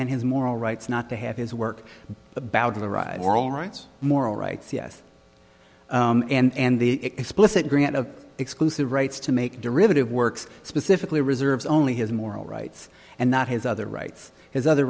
and his moral rights not to have his work about the ride moral rights moral rights yes and the explicit grant of exclusive rights to make derivative works specifically reserves only his moral rights and not his other rights his other